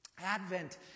Advent